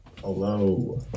Hello